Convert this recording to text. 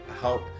Help